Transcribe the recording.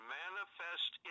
manifest